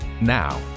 Now